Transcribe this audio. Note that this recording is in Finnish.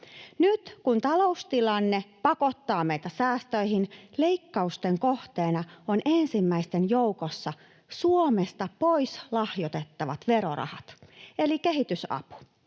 Nyt kun taloustilanne pakottaa meitä säästöihin, leikkausten kohteena on ensimmäisten joukossa Suomesta pois lahjoitettavat verorahat eli kehitysapu.